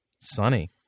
Sunny